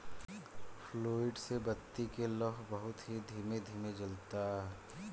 fluid से बत्ती के लौं बहुत ही धीमे धीमे जलता